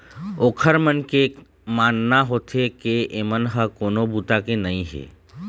ओखर मन के मानना होथे के एमन ह कोनो बूता के नइ हे